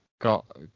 Got